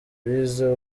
bize